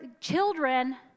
children